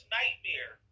nightmare